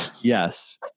Yes